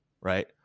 right